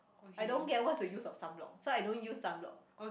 I don't get what's the use of sunblock so I don't use sunblock